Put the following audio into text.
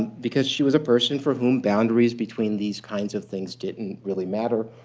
because she was a person for whom boundaries between these kinds of things didn't really matter,